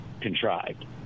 contrived